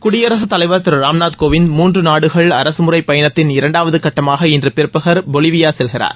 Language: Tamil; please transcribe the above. குடியரசுத் தலைவர் திரு ராம்நாத் கோவிந்த் மூன்று நாடுகள் அரசுமுறை பயணத்தின் இரண்டாவது கட்டமாக இன்று பிற்பகல் பொலிலியா செல்கிறார்